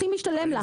זה הכי משתלם לה.